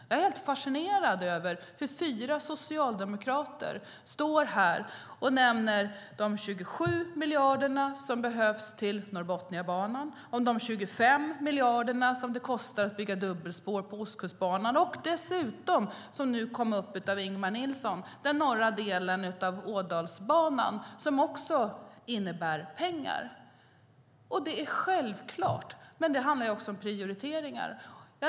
Jag är helt fascinerad över att fyra socialdemokrater står här och nämner de 27 miljarderna som behövs till Norrbotniabanan och de 25 miljarderna som det kostar att bygga dubbelspår på Ostkustbanan. Dessutom - som togs upp av Ingemar Nilsson - satsning på den norra delen av Ådalsbanan som också innebär pengar. Det handlar också om prioriteringar.